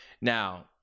now